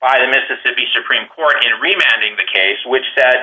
by the mississippi supreme court and reminding the case which